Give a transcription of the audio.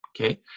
Okay